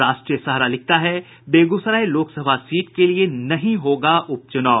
राष्ट्रीय सहारा लिखता है बेगूसराय लोकसभा सीट के लिए नहीं होगा उपचुनाव